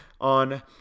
on